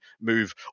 move